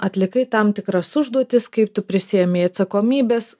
atlikai tam tikras užduotis kaip tu prisiėmei atsakomybes